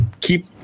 keep